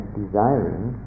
desiring